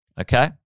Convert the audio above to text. Okay